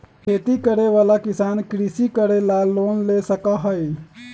खेती करे वाला किसान कृषि करे ला लोन ले सका हई